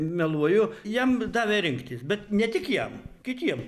meluoju jam davė rinktis bet ne tik jam kitiem